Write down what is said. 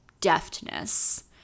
deftness